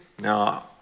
Now